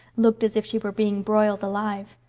looked as if she were being broiled alive.